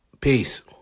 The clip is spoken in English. Peace